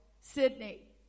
Sydney